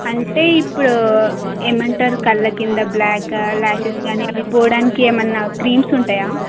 అంటే ఇప్పుడు ఏమంటారు కళ్ల కింద బ్లాక్ లాసెస్ కానీ అవి పోవడానికి ఏమన్నా క్రీమ్స్ ఉంటయా